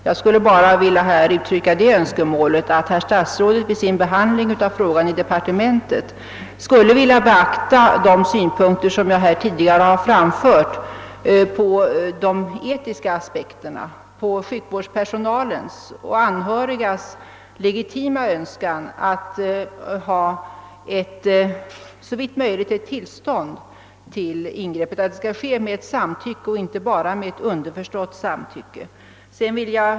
Jag vill bara här uttrycka det önskemålet att herr statsrådet vid sin behandling av frågan i departementet ville beakta de synpunkter jag tidigare anfört på de etiska aspekterna och ta hänsyn till sjukvårdspersonalens och anhörigas legitima önskan att ett ingrepp skall ske med samtycke och inte bara med underförstått samtycke.